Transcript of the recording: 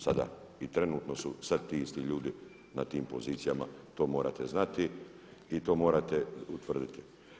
Sada i trenutnu su sad ti isti ljudi na tim pozicijama, to morate znati i to morate utvrditi.